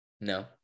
No